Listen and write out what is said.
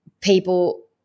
people